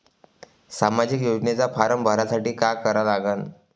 सामाजिक योजनेचा फारम भरासाठी का करा लागन?